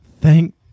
thank